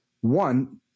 One